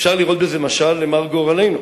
אפשר לראות בזה משל למר גורלנו,